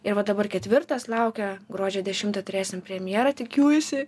ir va dabar ketvirtas laukia gruodžio dešimtą turėsim premjerą tikiuosi